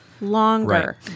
longer